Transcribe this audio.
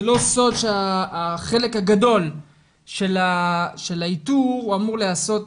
זה לא סוד שהחלק הגדול של האיתור אמור להיעשות